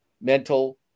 mental